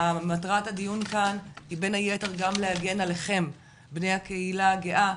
מטרת הדיון כאן היא בין היתר גם להגן עליכם בני הקהילה הגאה,